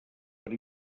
per